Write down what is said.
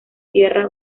tierra